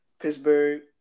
Pittsburgh